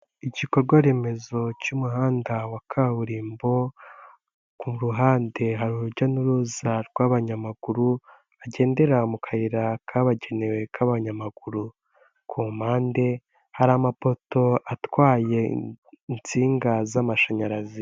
Igikorwa remezo cy'umuhanda wa kaburimbo, ku ruhande hari urujya n'uruza rw'abanyamaguru, bagendera mu kayira kabagenewe k'abanyamaguru, ku mpande hari amapoto atwaye insinga z'amashanyarazi.